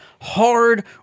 hard